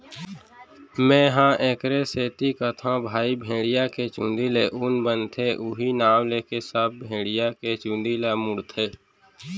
मेंहा एखरे सेती कथौं भई की भेड़िया के चुंदी ले ऊन बनथे उहीं नांव लेके सब भेड़िया के चुंदी ल मुड़थे